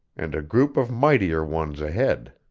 and a group of mightier ones ahead.